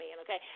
okay